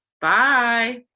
bye